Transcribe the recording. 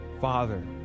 father